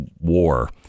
war